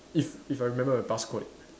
if if I remember the passcode